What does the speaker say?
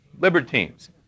libertines